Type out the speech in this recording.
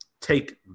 take